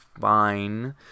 fine